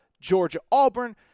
Georgia-Auburn